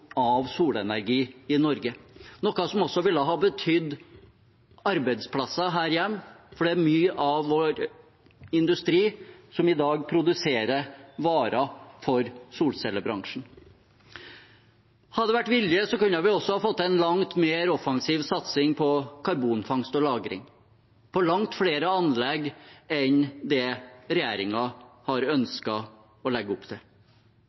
av solenergi i Norge, noe som også ville ha betydd arbeidsplasser her hjemme, for det er mye av vår industri som i dag produserer varer for solcellebransjen. Hadde det vært vilje, kunne vi også fått til en langt mer offensiv satsing på karbonfangst og -lagring, på langt flere anlegg enn det regjeringen har ønsket å legge opp til.